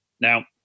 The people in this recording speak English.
Now